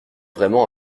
vraiment